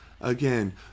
again